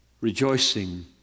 Rejoicing